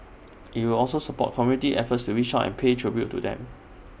IT will also support community efforts to reach out and pay tribute to them